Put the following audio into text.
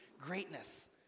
greatness